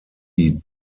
die